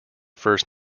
first